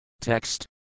Text